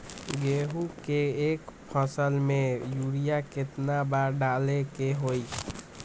गेंहू के एक फसल में यूरिया केतना बार डाले के होई?